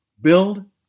build